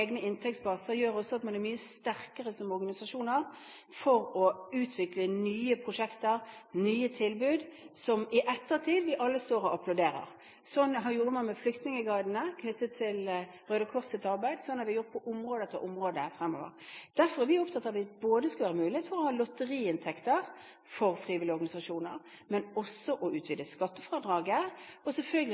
inntektsbaser gjør også at man er mye sterkere som organisasjon for å utvikle nye prosjekter og nye tilbud som vi i ettertid alle står og applauderer. Slik gjorde man med flyktningguidene knyttet til Røde Kors’ arbeid, slik har vi gjort på område etter område fremover. Derfor er vi opptatt av at det skal være mulig både å ha lotteriinntekter for frivillige organisasjoner og å utvide skattefradraget, og vi er selvfølgelig